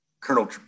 Colonel